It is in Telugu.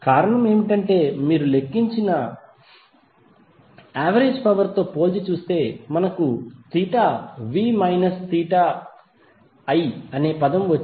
కారణం ఏమిటంటే మీరు లెక్కించిన యావరేజ్ పవర్ తో పోల్చి చూస్తే నాకు theta V minus theta i అనే పదం వచ్చింది